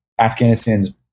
Afghanistan's